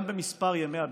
גם במספר ימי הבידוד.